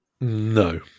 No